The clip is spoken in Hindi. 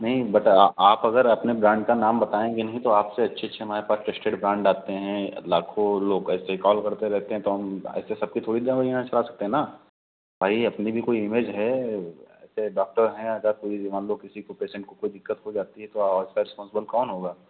नहीं बट आप अगर अपने ब्राण्ड का नाम बताएँगे नहीं तो आपसे अच्छे अच्छे हमारे पास ट्रस्टेड ब्राण्ड आते हैं लाखों लोग ऐसे कॉल करते रहते हैं तो हम ऐसे सबकी थोड़ी दवाइयाँ चला सकते हैं ना भाई अपनी भी कोई इमेज है ऐसे डॉक्टर हैं अगर कोई मान लो किसी को पेसेन्ट को कोई दिक्कत हो जाती है तो उसका रिस्पॉन्सिबल कौन होगा